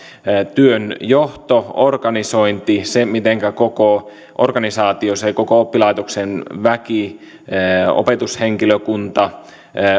työnjohto organisointi se mitenkä koko organisaatio se koko oppilaitoksen väki opetushenkilökunta